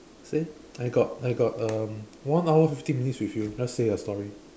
say I got I got um one hour fifty minutes with you just say your story